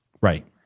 Right